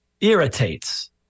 irritates